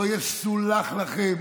לא ייסלח לכם